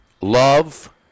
Love